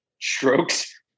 strokes